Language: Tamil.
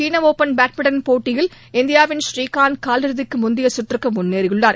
சீன ஒபன் பேட்மின்டன் போட்டியில் இந்தியாவின் ஸ்ரீகாந்த் காலிறுதிக்கு முந்தைய கற்றுக்கு முன்னேறியுள்ளார்